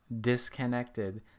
disconnected